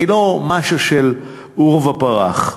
היא לא משהו של עורבא פרח.